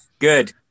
Good